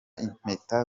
impeta